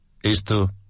esto